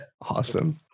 awesome